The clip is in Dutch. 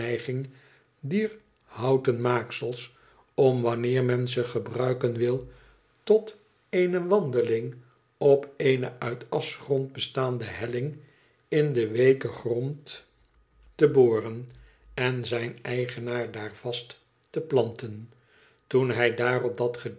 dier houten maalüels om wanneer men ze gebruiken wil tot eene wandeling op eene uit aschgrond bestaande hellmg in den weeken grond te boren en zijn eigenaar daar vast te planten toen hij daarop dat